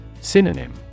Synonym